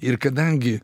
ir kadangi